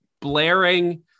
blaring